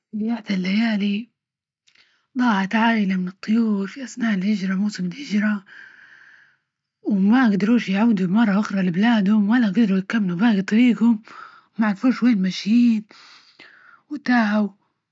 في- في إحدى الليالي، ضاعت عائلة من الطيور في أثناء الهجرة، موسم الهجرة، وما يجدروش يعودوا مرة أخرى لبلادهم، ولا جدروا يكملوا باجى طريقهم معرفوش وين ماشيين وتاهو.